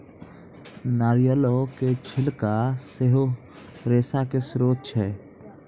नारियलो के छिलका सेहो रेशा के स्त्रोत छै